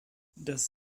das